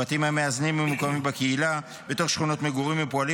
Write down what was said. הבתים המאזנים ממוקמים בקהילה בתוך שכונות מגורים ופועלים